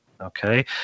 Okay